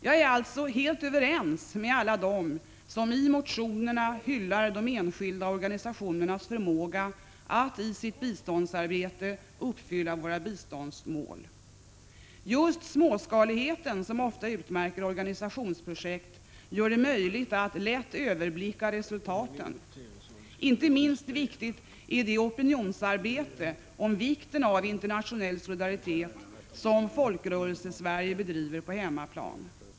Jag är alltså helt överens med alla dem som i motionerna hyllar de enskilda organisationernas förmåga att i sitt biståndsarbete uppfylla våra biståndsmål. Just småskaligheten, som ofta utmärker organisationsprojekt, gör det möjligt att lätt överblicka resultaten. Inte minst viktigt är det opinionsarbete om vikten av internationell solidaritet som Folkrörelsesverige bedriver på hemmaplan.